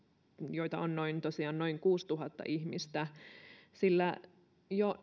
joita on tosiaan noin kuusituhatta ihmistä sillä jo